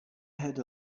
had